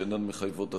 שאינן מחייבות הצבעה.